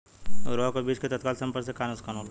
उर्वरक और बीज के तत्काल संपर्क से का नुकसान होला?